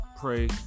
Pray